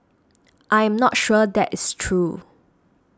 I'm not sure that is true